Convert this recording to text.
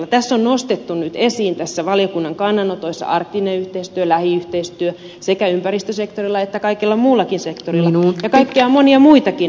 näissä valiokunnan kannanotoissa on nostettu nyt esiin arktinen yhteistyö lähiyhteistyö sekä ympäristösektorilla että kaikilla muillakin sektoreilla ja kaikkia monia muitakin mahdollisuuksia